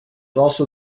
also